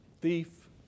Thief